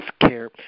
care